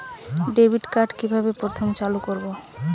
Debit card কিভাবে প্রথমে চালু করব?